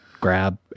grab